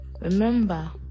Remember